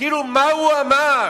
כאילו מה הוא אמר,